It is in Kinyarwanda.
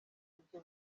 ibyo